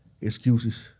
Excuses